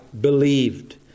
believed